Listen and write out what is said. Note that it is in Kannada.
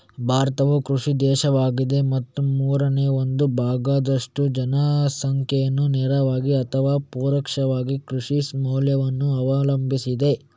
ಭಾರತವು ಕೃಷಿ ದೇಶವಾಗಿದೆ ಮತ್ತು ಮೂರನೇ ಒಂದು ಭಾಗದಷ್ಟು ಜನಸಂಖ್ಯೆಯು ನೇರವಾಗಿ ಅಥವಾ ಪರೋಕ್ಷವಾಗಿ ಕೃಷಿ ವಲಯವನ್ನು ಅವಲಂಬಿಸಿದೆ